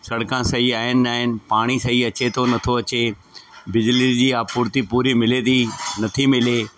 सड़का सही आहिनि न आहिनि पाणी सही अचे थो नथो अचे बिजली जी आपूर्ती पूरी मिले थी नथी मिले